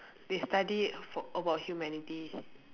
they study for about humanity